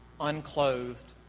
unclothed